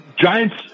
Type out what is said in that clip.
Giants